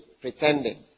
pretending